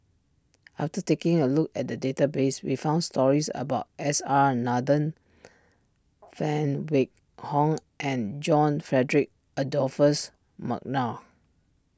after taking a look at the database we found stories about S R Nathan Phan Wait Hong and John Frederick Adolphus McNair